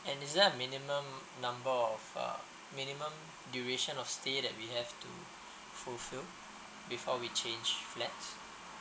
and is there a minimum number of uh minimum duration of stay that we have to fulfilled before we change flat